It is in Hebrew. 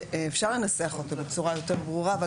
אפשר לנסח אותו בצורה יותר ברורה אבל